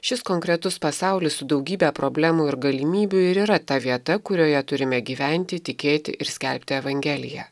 šis konkretus pasaulis su daugybe problemų ir galimybių ir yra ta vieta kurioje turime gyventi tikėti ir skelbti evangeliją